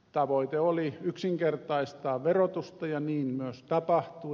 tavoite oli yksinkertaistaa verotusta ja niin myös tapahtui